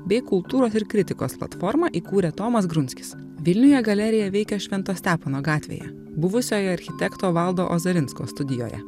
bei kultūros ir kritikos platformą įkūrė tomas grunskis vilniuje galerija veikia švento stepono gatvėje buvusioje architekto valdo ozarinsko studijoje